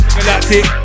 galactic